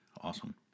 Awesome